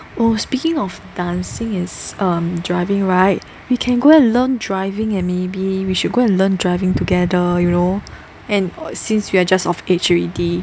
oh speaking of dancing is um driving right we can go and learn driving and maybe we should go and learn driving together you know and o~ since we are just of age already